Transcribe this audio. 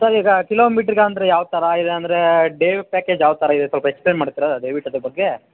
sir ಈಗ ಕಿಲೋಮೀಟರ್ಗೆ ಅಂದರೆ ಯಾವ ಥರ ಇದಂದರೆ ಡೇ ಪ್ಯಾಕೇಜ್ ಯಾವ ಥರ ಇದೆ ಸ್ವಲ್ಪ ಎಕ್ಸ್ಪ್ಲೇನ್ ಮಾಡ್ತೀರಾ ದಯವಿಟ್ಟು ಅದರ ಬಗ್ಗೆ